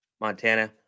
Montana